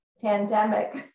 pandemic